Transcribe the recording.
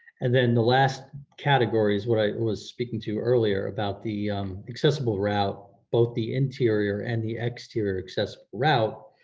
and then the last category is what i was speaking to earlier about the accessible route, both the interior and the exterior access route,